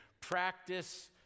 practice